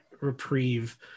reprieve